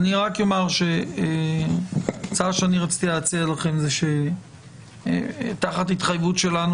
אני רק אומר שההצעה שאני רציתי להציע לכם זה שתחת התחייבות שלנו,